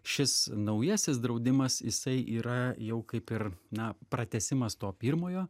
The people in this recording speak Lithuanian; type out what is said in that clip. šis naujasis draudimas jisai yra jau kaip ir na pratęsimas to pirmojo